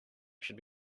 should